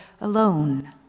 alone